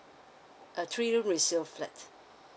a three room resale flat